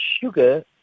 sugar